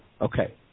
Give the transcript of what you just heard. Okay